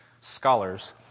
Scholars